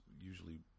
usually